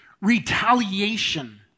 retaliation